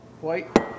White